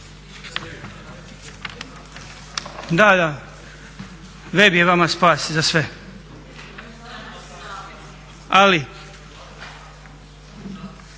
Da, da. Web je vama spas za sve. Ali